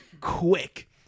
quick